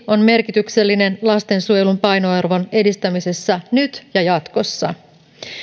on merkityksellinen lastensuojelun painoarvon edistämisessä nyt ja jatkossa